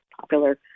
popular